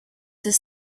his